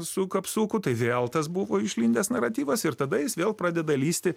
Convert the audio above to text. su kapsuku tai vėl tas buvo išlindęs naratyvas ir tada jis vėl pradeda lįsti